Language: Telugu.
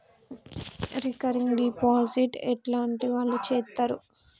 రికరింగ్ డిపాజిట్ ఎట్లాంటి వాళ్లు చేత్తరు?